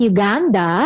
Uganda